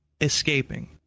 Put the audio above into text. escaping